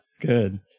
Good